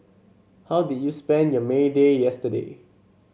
how did you spend your May Day yesterday